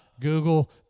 Google